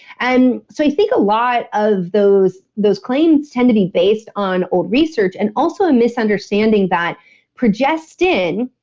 and so i think a lot of those those claims tend to be based on old research and also a misunderstanding that progestin,